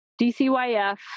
DCYF